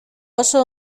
oso